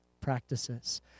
practices